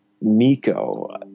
Nico